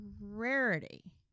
rarity